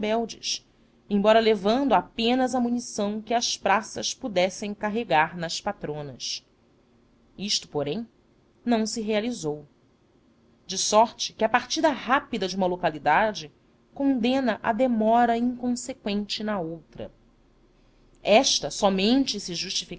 rebeldes embora levando apenas a munição que as praças pudessem carregar nas patronas isto porém não se realizou de sorte que a partida rápida a uma localidade condena a demora inconseqüente na outra esta somente se